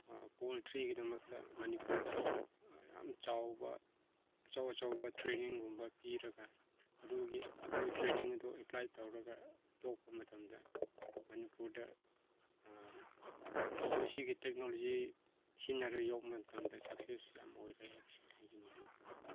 ꯄꯣꯜꯇ꯭ꯔꯤꯒꯤꯗꯃꯛꯇ ꯃꯅꯤꯄꯨꯔꯗ ꯌꯥꯝ ꯆꯥꯎꯕ ꯑꯆꯧ ꯑꯆꯧꯕ ꯇ꯭ꯔꯦꯟꯅꯤꯡꯒꯨꯝꯕ ꯄꯤꯔꯒ ꯑꯗꯨꯒꯤ ꯑꯗꯨ ꯇ꯭ꯔꯦꯟꯅꯤꯡ ꯑꯗꯨ ꯑꯦꯄ꯭ꯂꯥꯏ ꯇꯧꯔꯒ ꯌꯣꯛꯄ ꯃꯇꯝꯗ ꯃꯅꯤꯄꯨꯔꯗ ꯑꯗꯨ ꯁꯤꯒꯤ ꯇꯦꯛꯅꯣꯂꯣꯖꯤ ꯁꯤꯖꯟꯅꯔ ꯌꯣꯛꯄ ꯃꯇꯝꯗ ꯁꯛꯁꯦꯁ ꯌꯥꯝ ꯑꯣꯏꯔꯦ ꯍꯥꯏꯕꯁꯦ ꯍꯥꯏꯖꯅꯤꯡꯉꯤ